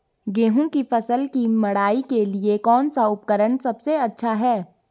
गेहूँ की फसल की मड़ाई के लिए कौन सा उपकरण सबसे अच्छा है?